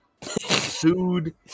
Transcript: sued